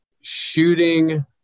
shooting